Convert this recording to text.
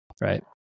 right